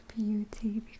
beauty